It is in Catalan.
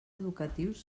educatius